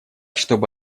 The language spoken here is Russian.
чтобы